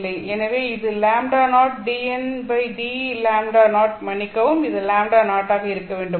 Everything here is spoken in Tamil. எனவே இது λ0 dndλ0 மன்னிக்கவும் இது λ0 ஆக இருக்க வேண்டும்